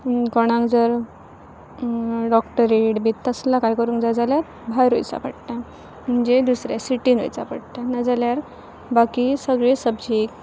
कोणाक जर डॉक्टरऍट बी तसलां काय करूंक जाय जाल्यार भायर वयचां पडटा म्हणजे दुसऱ्या सिटीन वयचां पडटा नाजाल्यार बाकी सगळी सब्जीक